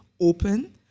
open